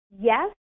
yes